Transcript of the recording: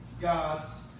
God's